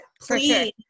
please